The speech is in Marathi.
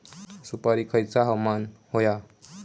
सुपरिक खयचा हवामान होया?